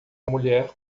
mulher